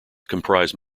comprise